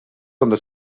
cuando